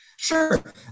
sure